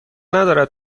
ندارد